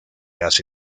hace